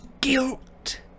guilt